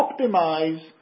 optimize